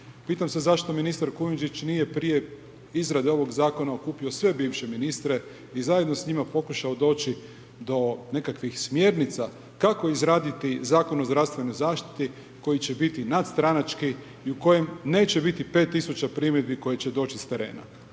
Pitam se zašto ministar Kujundžić nije prije izrade ovog zakona okupio sve bivše ministre i zajedno s njima pokušao doći do nekakvih smjernica kako izraditi Zakon o zdravstvenoj zaštiti koji će biti nadstranački i u kojem neće biti 5000 primjedbi koji će doći s terena.